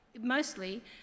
mostly